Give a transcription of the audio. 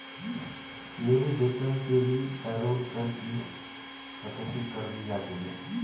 मेरे वेतन से ही पेरोल कर की कटौती कर दी जाती है